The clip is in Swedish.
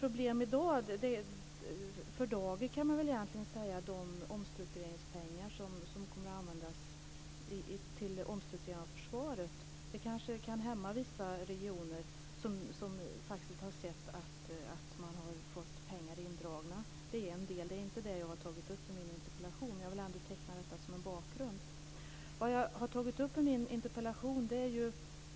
Problemet för dagen är de omstruktureringspengar som kommer att användas till omstrukturering av försvaret. Det kanske kan hämma vissa regioner som har sett att de har fått pengar indragna. Det är en del. Det är inte det jag har tagit upp i min interpellation, men jag vill ändå teckna det som en bakgrund.